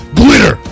glitter